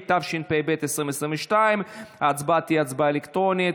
התשפ"ב 2022. ההצבעה תהיה הצבעה אלקטרונית.